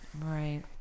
right